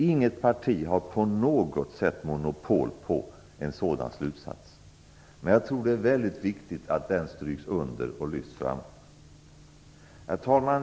Inget parti har på något sätt monopol på en sådan slutsats, men jag tror att det är väldigt viktigt att den stryks under och lyfts fram. Herr talman!